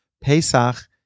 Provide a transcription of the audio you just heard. Pesach